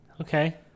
Okay